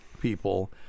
people